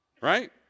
right